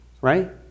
right